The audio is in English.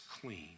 clean